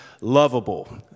lovable